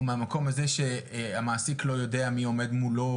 או מהמקום הזה שהמעסיק לא יודע מי עומד מולו,